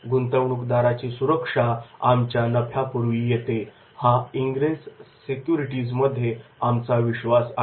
गुंतवणूकदाराची सुरक्षा आमच्या नफ्यापूर्वी येते हा इंग्रेस सेक्युरिटीजमध्ये आमचा विश्वास आहे